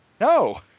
No